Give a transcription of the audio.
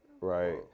right